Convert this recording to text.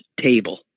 table